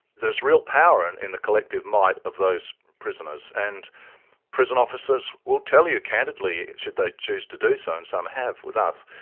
there's real power and in the collective might of those prisoners. and prison officers will tell you candidly, should they choose to do so and some have with us,